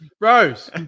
Rose